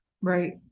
Right